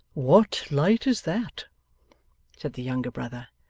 what light is that said the younger brother.